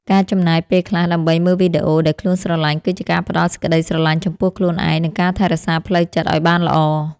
ការចំណាយពេលខ្លះដើម្បីមើលអ្វីដែលខ្លួនស្រឡាញ់គឺជាការផ្ដល់សេចក្តីស្រឡាញ់ចំពោះខ្លួនឯងនិងការថែរក្សាផ្លូវចិត្តឱ្យបានល្អ។